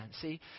see